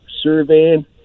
surveying